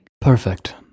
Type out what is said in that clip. Perfect